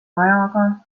ajaga